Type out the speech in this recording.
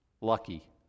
Lucky